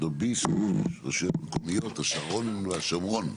לוביסט רשויות מקומיות, השרון, השומרון?